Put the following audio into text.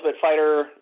Fighter